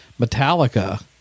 Metallica